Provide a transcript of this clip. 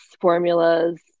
formulas